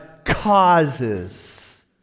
causes